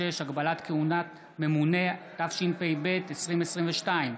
26) (הגבלת כהונת ממונה), התשפ"ב 2022,